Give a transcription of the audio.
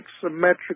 symmetric